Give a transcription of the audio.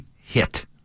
hit